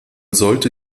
sollte